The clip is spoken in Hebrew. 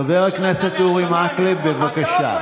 חבר הכנסת אורי מקלב, בבקשה.